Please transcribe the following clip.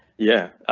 yeah,